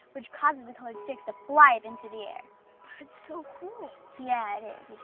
which causes the colored sticks to fly into the air. that's so cool. yeah, it is,